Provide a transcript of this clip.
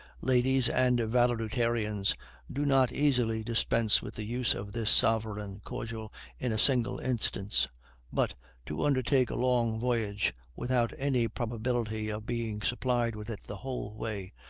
ladies and valetudinarians do not easily dispense with the use of this sovereign cordial in a single instance but to undertake a long voyage, without any probability of being supplied with it the whole way,